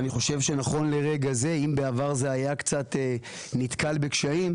אני חושב שנכון לרגע זה אם בעבר זה היה קצת נתקל בקשיים,